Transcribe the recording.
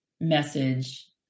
message